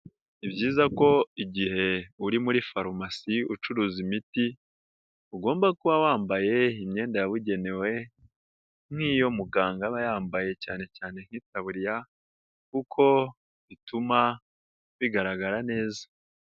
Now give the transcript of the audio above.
Ni byiza ko igihe uri muri farumasi ucuruza imiti, ugomba kuba wambaye imyenda yabugenewe nk'iyo muganga aba yambaye cyane cyane nk'itaburiya kuko bituma bigaragara neza.